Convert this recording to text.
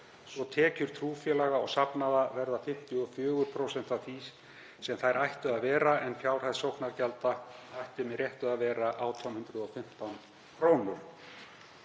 svo tekjur trúfélaga og safnaða verða 54% af því sem þær ættu að vera en fjárhæð sóknargjalda ætti með réttu að vera um